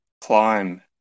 climb